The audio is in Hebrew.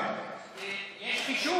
יש חישוב.